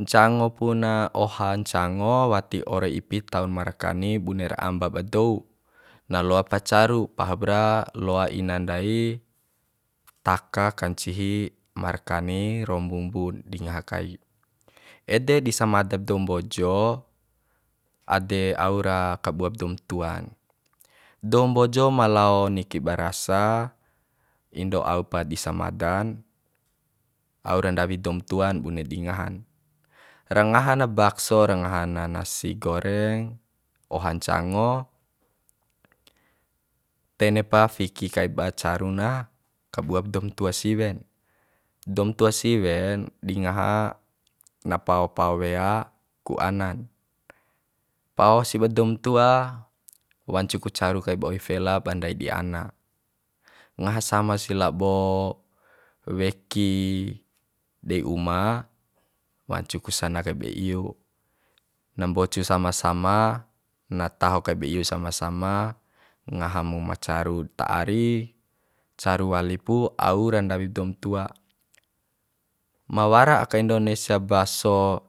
Ncango puna oha ncango wati ore ipi tauna markani bune ra amba ba dou na loa pa caru pahup ra loa ina ndai taka kancihi markani ro mbumbu di ngaha kai ede di samadap dou mbojo ade au ra kabuab dou tuan dou mbojo ma lao niki ba rasa ondo au pa di samadan au ra ndawi doum tuan bune di ngahan ra ngaha na bakso ra ngaha na nasi goreng oha ncango ntene pa fiki kaiba caru na kabuab doum tua siwen dou tua siwen di ngaha na pao pao wea ku anan pao si ba doum tua wancu ku caru kaib oi fela ba ndai di ana ngaha sama si labo weki dei uma wancu ku sana kaiba iu na mbocu sama sama na taho kaib iu sama sama ngaha mu ma caru ta ari caru wali pu au ra ndawip doum ma wara aka indonesia baso